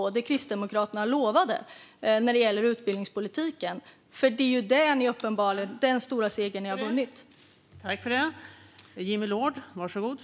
Var det detta som Kristdemokraterna lovade när det gäller utbildningspolitiken? Detta är ju den stora seger som ni har vunnit.